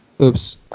Oops